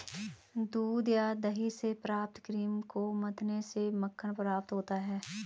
दूध या दही से प्राप्त क्रीम को मथने से मक्खन प्राप्त होता है?